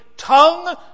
tongue